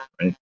right